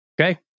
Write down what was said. Okay